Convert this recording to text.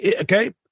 okay